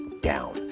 down